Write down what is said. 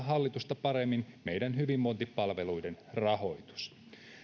hallitusta paremmin mahdollista turvata meidän hyvinvointipalveluidemme rahoitus